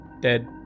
Dead